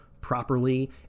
properly